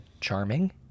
charming